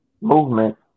movement